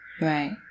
Right